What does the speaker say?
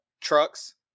Trucks